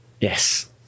Yes